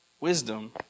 Wisdom